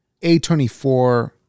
a24